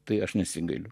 tai aš nesigailiu